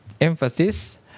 emphasis